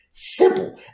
simple